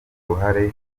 uruhare